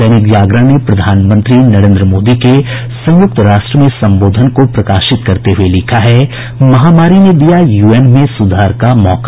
दैनिक जागरण ने प्रधानमंत्री नरेंद्र मोदी के संयुक्त राष्ट्र में संबोधन को प्रकाशित करते हुये लिखा है महामारी ने दिया यूएन में सुधार का मौका